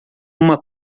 uma